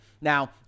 Now